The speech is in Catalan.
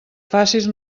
facis